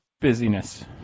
busyness